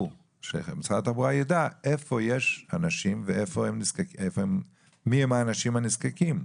שמשרד התחבורה יידע איפה יש אנשים ומי הם האנשים הנזקקים.